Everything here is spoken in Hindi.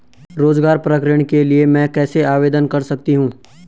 रोज़गार परक ऋण के लिए मैं कैसे आवेदन कर सकतीं हूँ?